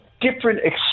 different